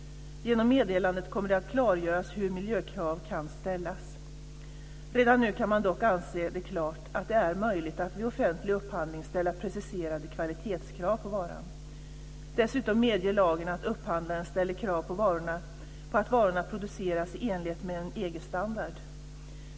Genom meddelandet kommer det att klargöras hur miljökrav kan ställas. Redan nu kan man dock anse det klart att det är möjligt att vid offentlig upphandling ställa preciserade kvalitetskrav på varan. Dessutom medger lagen att upphandlaren ställer krav på att varorna producerats i enlighet med en EG-standard.